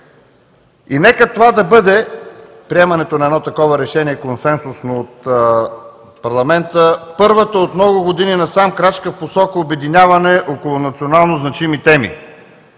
И нека да бъде – приемането на едно такова консенсусно решение от парламента първата от много години насам крачка в посока обединяване около национално значими теми.